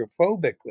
hydrophobically